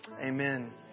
Amen